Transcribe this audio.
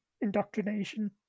Indoctrination